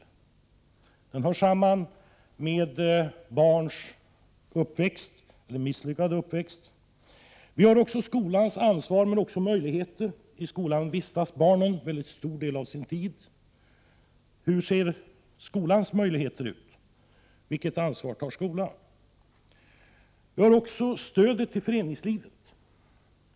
Familjepolitiken hör samman med barns uppväxt eller misslyckade uppväxt. Vi har skolans ansvar och möjligheter. I skolan vistas barnen en mycket stor del av sin tid. Vilka är skolans möjligheter, och vilket ansvar tar skolan? Dessutom har vi stödet till föreningslivet.